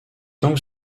donc